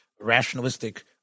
rationalistic